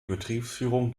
betriebsführung